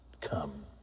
come